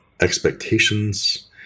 expectations